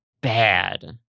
bad